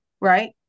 right